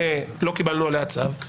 לא קיבלנו עליה צו,